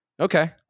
Okay